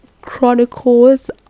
Chronicles